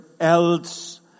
else